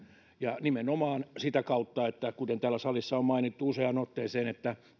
ja nimenomaan sitä kautta kuten täällä salissa on mainittu useaan otteeseen että